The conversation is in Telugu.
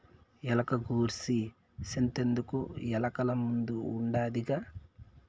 ఎలక గూర్సి సింతెందుకు, ఎలకల మందు ఉండాదిగా